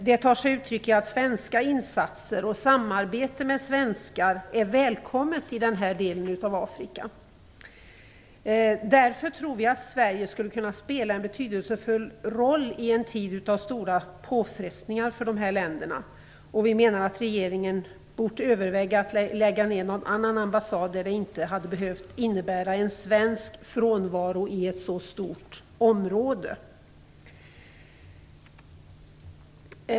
Det tar sig uttryck i att svenska insatser och samarbete med svenskar är välkommet i den här delen av Afrika. Därför tror vi att Sverige skulle kunna spela en betydelsefull roll i en tid av stora påfrestningar för dessa länder. Vi menar att regeringen bort överväga att lägga ned någon annan ambassad där det inte hade behövt innebära en svensk frånvaro i ett så stort område.